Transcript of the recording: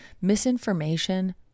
misinformation